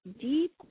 deep